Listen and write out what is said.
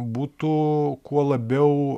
būtų kuo labiau